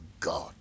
God